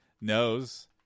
knows